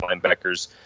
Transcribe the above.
linebackers